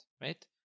right